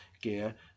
gear